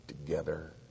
together